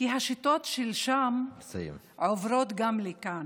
כי השיטות של שם עוברות גם לכאן,